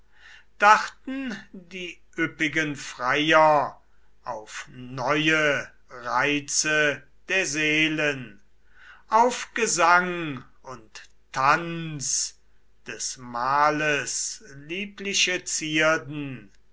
dachten die üppigen freier auf neue reize der seelen auf gesang und tanz des mahles liebliche zierden